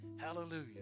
Hallelujah